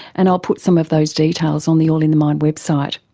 and i'll put some of those details on the all in the mind website.